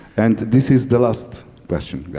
and this is the last question, guys.